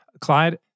Clyde